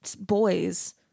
boys